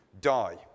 die